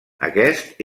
aquest